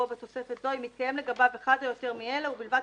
בתוספת זו אם מתקיימים לגביו אחד או יותר מאלה ובלבד